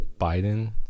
Biden